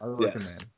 Yes